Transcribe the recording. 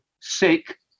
sick